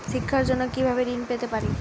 শিক্ষার জন্য কি ভাবে ঋণ পেতে পারি?